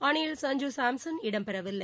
அணியில் சஞ்சு சாம்சன் இடம் பெறவில்லை